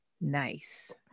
Nice